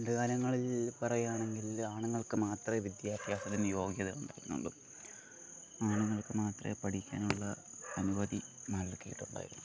പണ്ടുകാലങ്ങളിൽ പറയുകയാണെങ്കിൽ ആണുങ്ങൾക്ക് മാത്രമേ വിദ്യാഭ്യാസത്തിന് യോഗ്യത ഉണ്ടായിരുന്നുള്ളൂ ആണുങ്ങൾക്ക് മാത്രമേ പഠിക്കാനുള്ള അനുമതി നൽകിയിട്ടുണ്ടായിരുന്നുള്ളൂ